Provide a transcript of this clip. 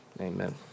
Amen